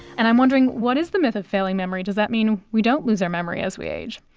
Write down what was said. and am wondering what is the myth of failing memory? does that mean we don't lose our memory as we age?